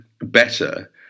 better